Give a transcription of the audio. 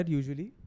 usually